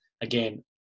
Again